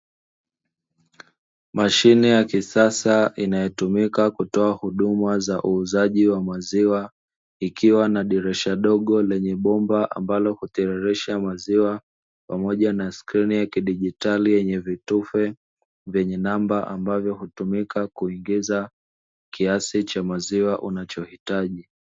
Mashine ya kisasa inayotumika kutoa huduma za uuzaji wa maziwa ikiwa na dirisha dogo lenye bomba, ambalo hutiririsha maziwa pamoja na skrini ya kidigitali yenye vitufe vyenye namba ambazo hutumika kuingiza kiasi cha maziwa unachohitaji.